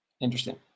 interesting